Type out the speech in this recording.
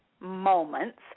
moments